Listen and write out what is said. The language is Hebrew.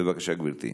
בבקשה, גברתי.